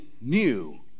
new